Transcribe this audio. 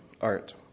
art